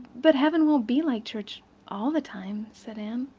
but heaven won't be like church all the time, said anne.